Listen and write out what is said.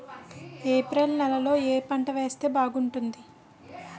April నెలలో ఏ పంట వేస్తే బాగుంటుంది?